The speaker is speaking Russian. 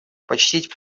почтить